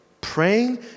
Praying